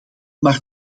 maar